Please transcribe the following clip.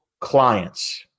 clients